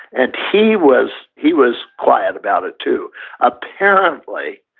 and he was he was quiet about it, too apparently,